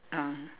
ah